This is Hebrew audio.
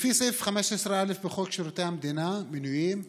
לפי סעיף 15א בחוק שירותי המדינה (מינויים),